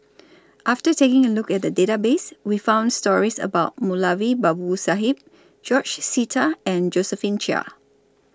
after taking A Look At The Database We found stories about Moulavi Babu Sahib George Sita and Josephine Chia